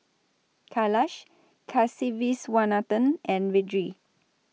Kailash Kasiviswanathan and Vedre